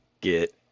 get